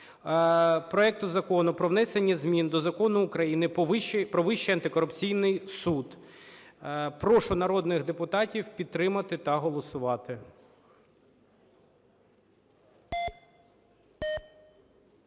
проекту Закону про внесення змін до Закону України "Про Вищий антикорупційний суд". Прошу народних депутатів підтримати та голосувати.